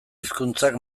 hizkuntzak